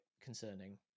concerning